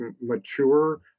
mature